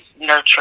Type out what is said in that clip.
nurture